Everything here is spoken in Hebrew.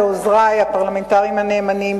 לעוזרי הפרלמנטריים הנאמנים,